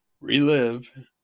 Relive